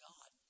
God